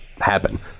happen